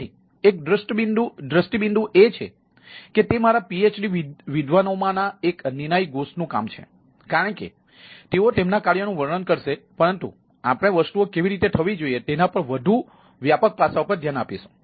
તેથી એક દૃષ્ટિબિંદુ એ છે કે તે મારા પીએચડી વિદ્વાનોમાં ના એક નિનાય ઘોષનું કામ છે કારણ કે તેઓ તેમના કાર્યનું વર્ણન કરશે પરંતુ આપણે વસ્તુઓ કેવી રીતે થવી જોઈએ તેના વધુ વ્યાપક પાસાઓ પર ધ્યાન આપીશું